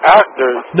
actors